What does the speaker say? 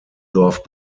dorf